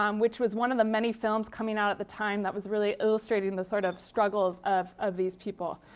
um which was one of the many films coming out at the time that was really illustrating the sort of struggles of of these people.